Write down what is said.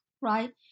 Right